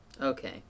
Okay